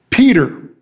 Peter